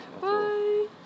Bye